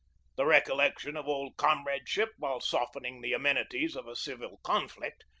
the recollection of old comradeship, while softening the amenities of a civil conflict,